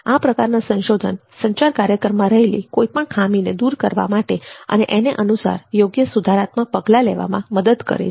આ પ્રકારના સંશોધન સંચાર કાર્યક્રમમાં રહેલી કોઈપણ ખામીને દૂર કરવા માટે અને એને અનુસાર યોગ્ય સુધારાત્મક પગલાં લેવામાં મદદ કરે છે